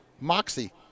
moxie